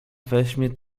weźmie